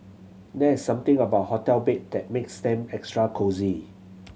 there's something about hotel bed that makes them extra cosy